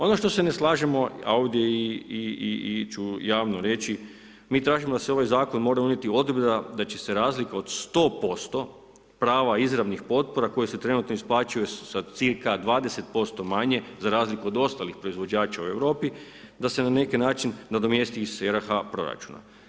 Ono što se ne slažemo a ovdje i ću javno reći, mi tražimo da su u ovaj Zakon mora unijeti odredba da će se razlika od 100% prava izravnih potpora koje se trenutno isplaćuje sa cirka 20% manje, za razliku od ostalih proizvođača u Europi, da se na neki način nadomjesti iz RH proračuna.